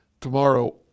Tomorrow